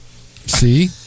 see